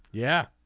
yeah.